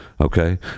Okay